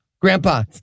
Grandpa